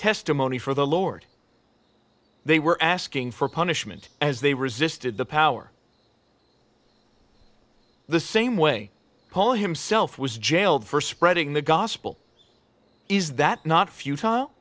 testimony for the lord they were asking for punishment as they resisted the power the same way paul himself was jailed for spreading the gospel is that not futile